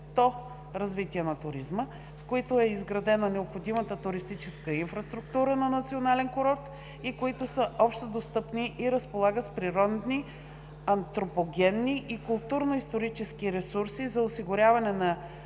развитие на туризма, в които е изградена необходимата туристическа инфраструктура на национален курорт и които са общодостъпни и разполагат с природни, антропогенни и културно-исторически ресурси за осигуряване на